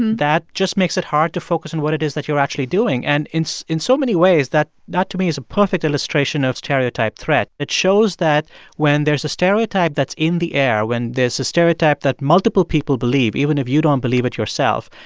um that just makes it hard to focus on what it is that you're actually doing and in so many ways, that, to me, is a perfect illustration of stereotype threat. it shows that when there's a stereotype that's in the air, when there's a stereotype that multiple people believe, even if you don't believe it yourself,